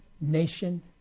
nation